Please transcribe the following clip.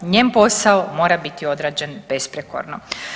Njen posao mora biti odrađen besprijekorno.